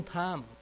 time